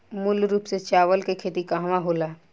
मूल रूप से चावल के खेती कहवा कहा होला?